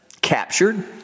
captured